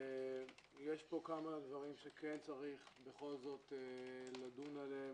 יש פה כמה דברים שכן צריך בכך זאת לדון עליהם